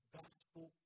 gospel